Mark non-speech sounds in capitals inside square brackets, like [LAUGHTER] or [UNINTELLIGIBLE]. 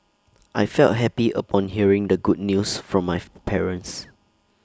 I felt happy upon hearing the good news from my [UNINTELLIGIBLE] parents